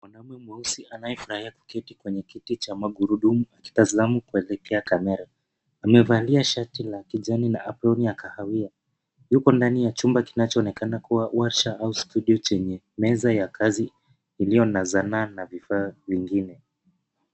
Mwanaume mweusi anayefurahia kuketi kwenye kiti cha magurudumu katika zamu kuelekea kamera. Amevalia shati la kijani na aproni ya kahawia. Yuko ndani ya chumba kinachoonekana kuwa warsha au studio chenye meza ya kazi, iliyo na zanaa na vifaa vingine.